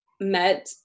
met